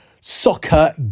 Soccer